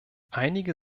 einige